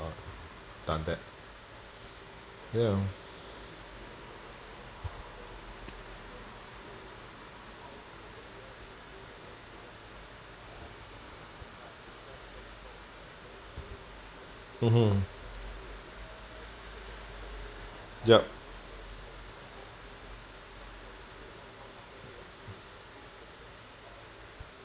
done that ya mmhmm yup